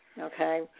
okay